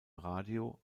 radio